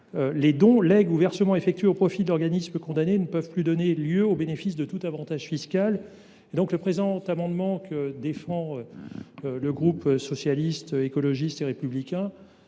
les dons, legs ou versements effectués au profit de l’organisme condamné ne peuvent plus donner lieu au bénéfice d’un quelconque avantage fiscal. Le présent amendement du groupe Socialiste, Écologiste et Républicain